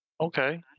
okay